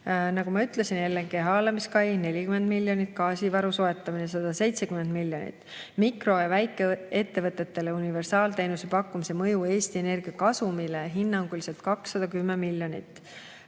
Nagu ma ütlesin: haalamiskai 40 miljonit, gaasivaru soetamine 170 miljonit, mikro- ja väikeettevõtetele universaalteenuse pakkumise mõju Eesti Energia kasumile on hinnanguliselt 210 miljonit,